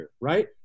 right